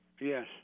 Yes